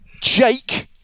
Jake